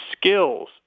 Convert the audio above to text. skills